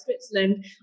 Switzerland